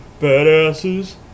badasses